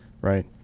right